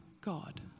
God